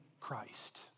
Christ